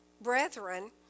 brethren